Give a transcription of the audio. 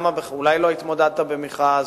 אולי לא התמודדת במכרז,